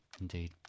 Indeed